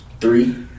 three